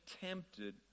tempted